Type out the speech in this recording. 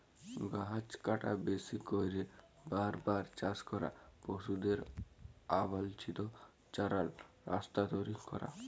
গাহাচ কাটা, বেশি ক্যইরে বার বার চাষ ক্যরা, পশুদের অবাল্ছিত চরাল, রাস্তা তৈরি ক্যরা